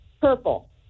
purple